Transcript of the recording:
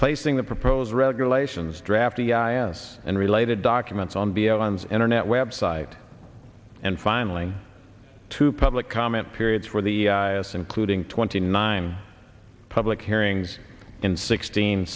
placing the proposed regulations drafty ins and related documents on the evans internet website and finally to public comment periods where the highest including twenty nine public hearings in sixteen